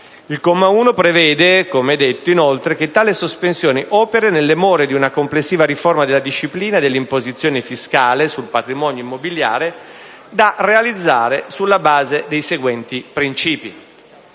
il comma 1 prevede inoltre che tale sospensione operi nelle more di una complessiva riforma della disciplina dell'imposizione fiscale sul patrimonio immobiliare, da realizzare sulla base dei seguenti principi.